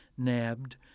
nabbed